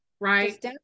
Right